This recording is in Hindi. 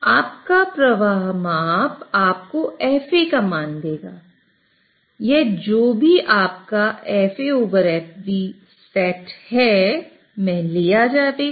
आपका प्रवाह माप आपको FA का मान देगा और यह जो भी आपका set है में लिया जाएगा